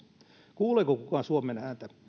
kuuleeko kukaan suomen ääntä